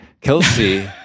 Kelsey